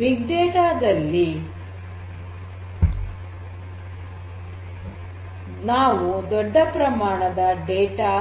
big data ದಲ್ಲಿ ನಾವು ದೊಡ್ಡ ಪ್ರಮಾಣದ ಡೇಟಾ